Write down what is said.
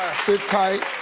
sit tight.